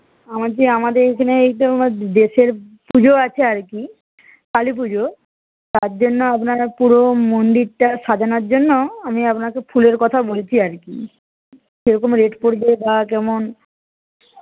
বলছি আমাদের এখানে এই তো আমার দেশের পুজো আছে আর কি কালীপুজো তার জন্য আপনারা পুরো মন্দিরটা সাজানোর জন্য আমি আপনাকে ফুলের কথা বলছি আর কি কীরকম রেট পরবে বা কেমন